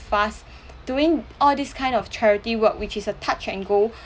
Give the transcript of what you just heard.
fast doing all this kind of charity work which is a touch and go